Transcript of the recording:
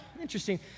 interesting